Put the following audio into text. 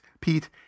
pete